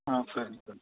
ஆ சரிங்க சார்